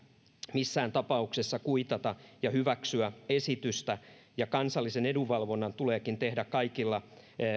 missään tapauksessa kuitata ja hyväksyä esitystä ja kansallisen edunvalvonnan tuleekin tehdä kaikilla